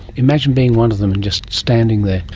imagine being one of them and just standing there,